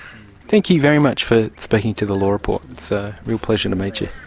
thank you very much for speaking to the law report, it's a real pleasure to meet you.